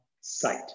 site